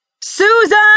Susan